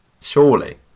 Surely